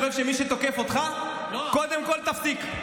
אני חושב שמי שתוקף אותך, קודם כול תפסיק.